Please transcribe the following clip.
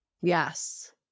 Yes